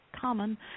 common